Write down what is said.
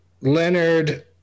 Leonard